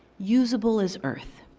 usable as earth.